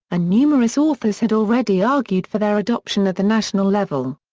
and numerous authors had already argued for their adoption at the national level.